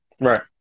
Right